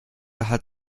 hat